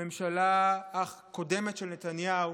הממשלה הקודמת של נתניהו